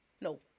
no